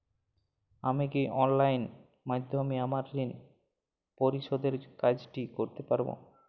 আমি কি অনলাইন মাধ্যমে আমার ঋণ পরিশোধের কাজটি করতে পারব?